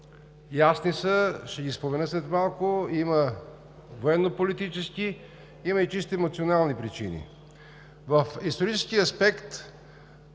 ясни са, ще ги спомена след малко, има военнополитически, има и чисто емоционални. В исторически аспект